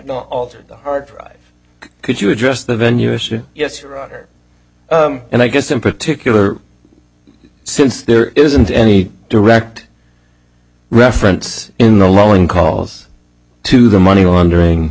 not altered the hard drive could you address the venue issue yes and i guess in particular since there isn't any direct reference in the loan calls to the money laundering